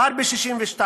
כבר ב-1962: